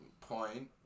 point